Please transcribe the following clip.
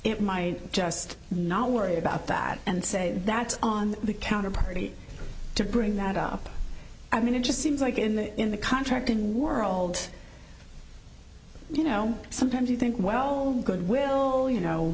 it might just not worry about that and say that's on the counter party to bring that up i mean it just seems like in the in the contracting world you know sometimes you think well good we'll you know